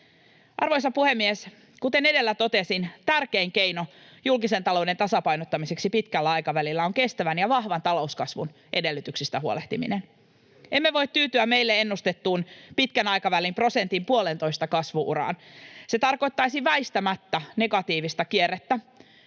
Arvoisa puhemies! Kuten edellä totesin, tärkein keino julkisen talouden tasapainottamiseksi pitkällä aikavälillä on kestävän ja vahvan talouskasvun edellytyksistä huolehtiminen. Emme voi tyytyä meille ennustettuun pitkän aikavälin prosentin—puolentoista kasvu-uraan. Se tarkoittaisi väistämättä negatiivista kierrettä